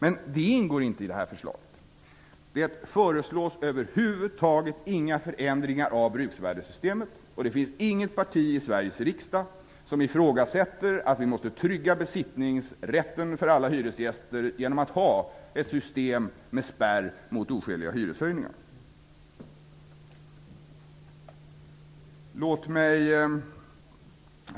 Men det ingår inte i detta förslag. Det föreslås över huvud taget inga förändringar av bruksvärdessystemet. Det finns inte något parti i Sveriges riksdag som ifrågasätter att vi måste trygga besittningsrätten för alla hyresgäster genom att ha ett system med spärr mot oskäliga hyreshöjningar. Herr talman!